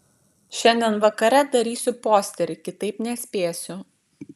šiandien vakare darysiu posterį kitaip nespėsiu